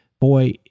Boy